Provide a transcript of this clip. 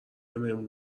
میمون